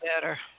better